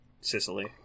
Sicily